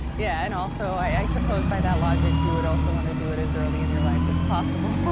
yeah and also, i suppose by that logic, you would also wanna do it as early in your life as possible,